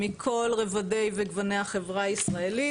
מכל רובדי וגוני החברה הישראלית.